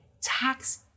tax